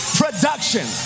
production